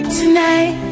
tonight